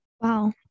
Wow